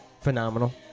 phenomenal